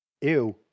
ew